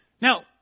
Now